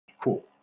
Cool